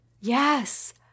Yes